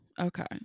okay